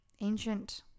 Ancient